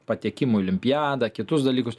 patekimų į olimpiadą kitus dalykus